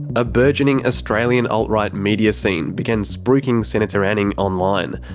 a burgeoning australian alt-right media scene began spruiking senator anning online,